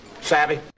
Savvy